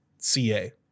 ca